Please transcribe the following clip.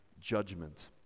judgment